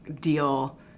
deal